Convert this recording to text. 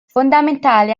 fondamentale